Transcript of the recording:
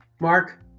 Mark